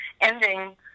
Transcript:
ending